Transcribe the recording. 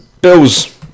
Bills